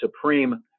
Supreme